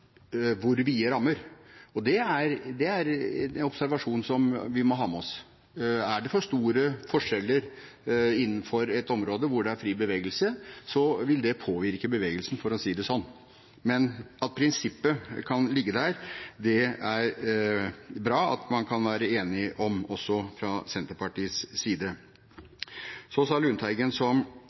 hvor vide rammer. Det er en observasjon vi må ha med oss. Er det for store forskjeller innenfor et område hvor det er fri bevegelse, vil det påvirke bevegelsen – for å si det sånn. Men at prinsippet kan ligge der, er det bra at man kan være enige om – også fra Senterpartiets side. Så sa Lundteigen noe som